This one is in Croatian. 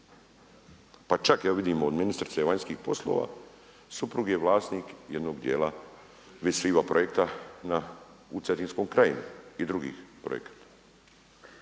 pa čak ja vidim i od ministrice vanjskih poslova, suprug je vlasnik jednog dijela Vis Viva projekta u Cetinskoj krajini i drugih projekata.